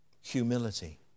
Humility